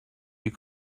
you